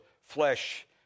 flesh